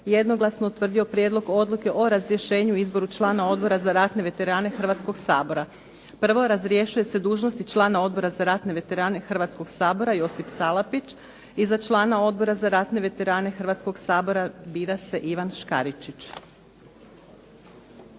jednoglasno je utvrdio Prijedlog odluke o razrješenju i izboru člana Odbora za ratne veterane Hrvatskoga sabora. Prvo, razrješuje se dužnosti člana Odbora za ratne veterane Hrvatskoga sabora Josip Salapić. Za člana Odbora za ratne veterane Hrvatskoga sabora bira se Ivan Škaričić.